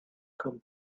come